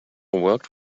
worked